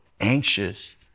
anxious